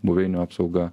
buveinių apsauga